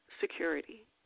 security